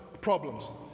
problems